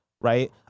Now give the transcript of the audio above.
right